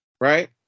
right